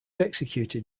executed